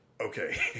okay